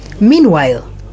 Meanwhile